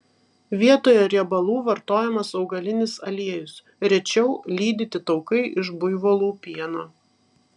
vietoje riebalų vartojamas augalinis aliejus rečiau lydyti taukai iš buivolų pieno